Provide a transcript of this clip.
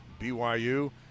BYU